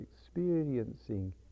experiencing